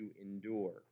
endure